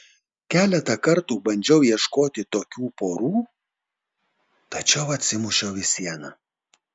keletą kartų bandžiau ieškoti tokių porų tačiau atsimušiau į sieną